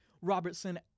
Robertson